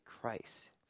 Christ